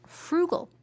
frugal